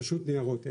הרשות לניירות ערך,